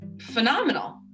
phenomenal